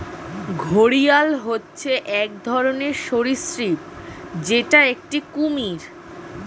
ঘড়িয়াল হচ্ছে এক ধরনের সরীসৃপ যেটা একটি কুমির